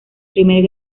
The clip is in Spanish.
primer